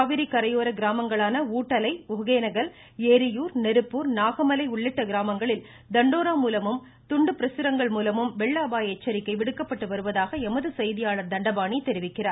காவிரி கரையோர கிராமங்களான ஊட்டலை ஒக்கேனக்கல் ஏரியூர் நெருப்பூர் நாகமலை உள்ளிட்ட கிராமங்களில் தண்டோரா மூலமும் துண்டு பிரசரங்கள் மூலமும் வெள்ள அபாய எச்சரிக்கை விடுக்கப்பட்டு வருவதாக எமது செய்தியாளர் தண்டபாணி தெரிவிக்கிறார்